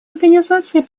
организации